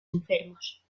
enfermos